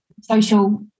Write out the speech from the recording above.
social